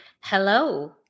Hello